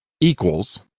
equals